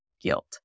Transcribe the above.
guilt